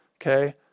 okay